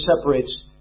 separates